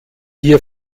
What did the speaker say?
hier